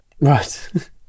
Right